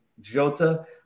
Jota